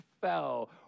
fell